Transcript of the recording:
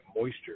moisture